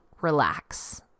relax